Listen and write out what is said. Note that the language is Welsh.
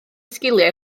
sgiliau